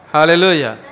Hallelujah